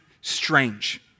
strange